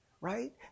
right